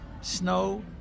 snow